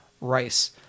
Rice